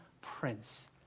prince